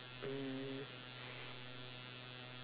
mm